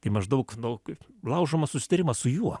tai maždaug nu kaip laužomas susitarimas su juo